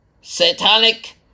satanic